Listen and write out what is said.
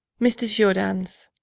mr. jourdain' s.